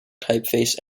typeface